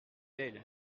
belle